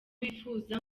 bifuza